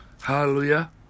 Hallelujah